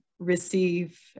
receive